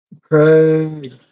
Craig